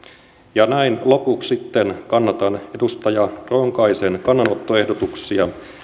näin lopuksi sitten kannatan edustaja ronkaisen kannanottoehdotuksia